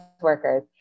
workers